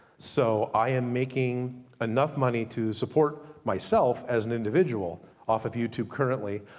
so i am making enough money to support myself, as an individual off of youtube currently.